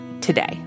today